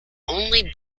only